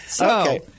Okay